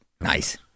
Nice